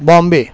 Bombay